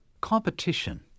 Competition